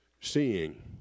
seeing